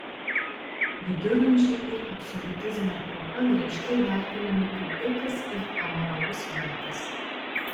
viduramžiai ir absoliutizmo epocha griežtai vertinami kaip pilkas ir amoralus metas